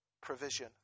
Provision